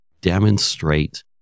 demonstrate